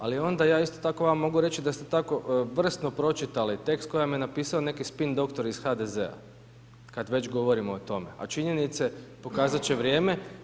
Ali onda ja isto tako vama mogu reći da ste tako vrsno pročitali tekst koji vam je napisao neki spin-doktor iz HDZ-a kada već govorimo o tome, a činjenice pokazat će vrijeme.